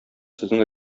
сезнең